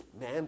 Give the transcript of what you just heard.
Man